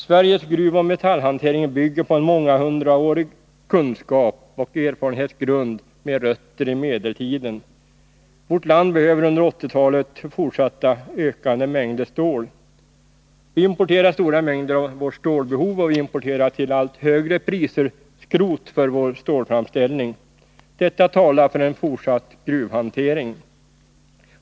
Sveriges gruvoch metallhantering bygger på en månghundraårig kunskap och erfarenhetsgrund med rötter i medeltiden. Vårt land behöver under 1980-talet fortsatt ökande mängder stål. Vi importerar stora mängder av vårt stålbehov, och vi importerar till allt högre priser skrot för vår stålframställning. Detta talar för en fortsatt gruvhantering.